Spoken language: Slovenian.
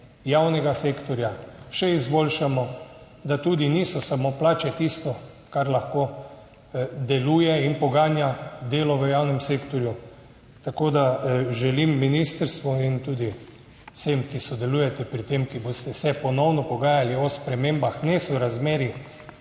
javnega sektorja še izboljšamo, da tudi niso samo plače tisto, kar lahko deluje in poganja delo v javnem sektorju. Tako da želim ministrstvu in tudi vsem, ki sodelujete pri tem, ki boste se ponovno pogajali o spremembah nesorazmerij